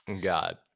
God